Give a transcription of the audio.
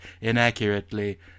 inaccurately